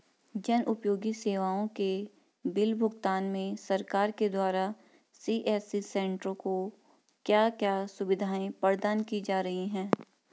जन उपयोगी सेवाओं के बिल भुगतान में सरकार के द्वारा सी.एस.सी सेंट्रो को क्या क्या सुविधाएं प्रदान की जा रही हैं?